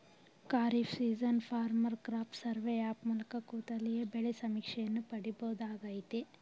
kharif season farmer crop survey app ಮೂಲಕ ಕೂತಲ್ಲಿಯೇ ಬೆಳೆ ಸಮೀಕ್ಷೆಯನ್ನು ಪಡಿಬೋದಾಗಯ್ತೆ